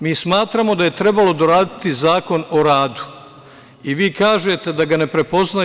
Mi smatramo da je trebalo doraditi Zakon o radu i vi kažete da ga ne prepoznaju.